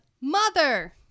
Mother